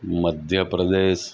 Madhya Pradesh